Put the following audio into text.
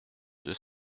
deux